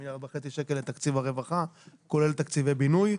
מיליארד שקל לתקציב הרווחה כולל תקציבי בינוי.